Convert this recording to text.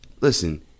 listen